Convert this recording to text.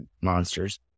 monsters